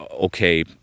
okay